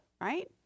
right